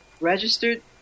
registered